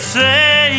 say